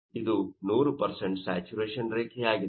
ಆದ್ದರಿಂದ ಇದು 100 ಸ್ಯಾಚುರೇಶನ್ ರೇಖೆ ಆಗಿದೆ